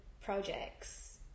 projects